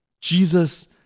Jesus